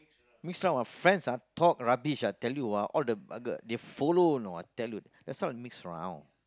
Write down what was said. mix round ah friends ah talk rubbish I tell you ah all the bugger they follow you know I tell you that's why mix around